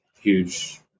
huge